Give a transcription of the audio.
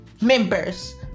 members